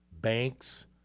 banks